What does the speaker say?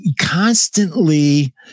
constantly